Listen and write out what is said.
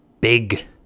big